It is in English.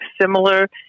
similar